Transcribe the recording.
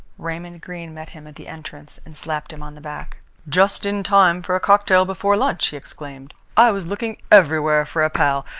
raymond greene met him at the entrance and slapped him on the back just in time for a cocktail before lunch! he exclaimed. i was looking everywhere for a pal.